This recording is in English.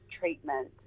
treatment